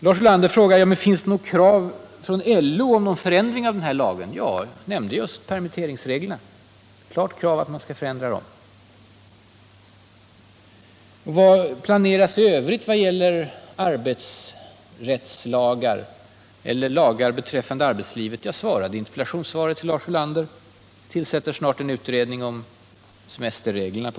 Lars Ulander frågade om det finns något krav från LO om en förändring av den här lagen. Jag nämnde just permitteringsreglerna, där det föreligger ett krav på ändring. Vad planeras i övrigt då det gäller arbetsrättslagar eller lagar beträffande arbetslivet? Jag sade i interpellationssvaret till Lars Ulander att det snart tillsätts en utredning om vissa av semesterreglerna.